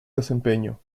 desempeño